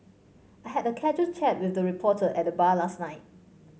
I had a casual chat with the reporter at the bar last night